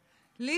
לי זה מרגיש